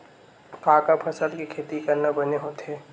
का का फसल के खेती करना बने होथे?